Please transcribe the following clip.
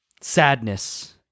Sadness